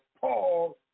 Paul